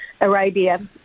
Arabia